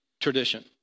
tradition